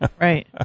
right